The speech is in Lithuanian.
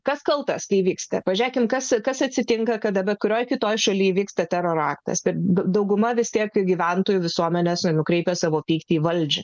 kas kaltas tai vyksta pažiūrėkim kas kas atsitinka kad kada kurioje kitoje šalyje įvyksta teroro aktas ir dauguma vis tiek gyventojų visuomenėse nukreipia savo pyktį į valdžią